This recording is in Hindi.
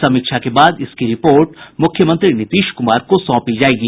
समीक्षा के बाद इसकी रिपोर्ट मुख्यमंत्री नीतीश कुमार को सौंपी जायेगी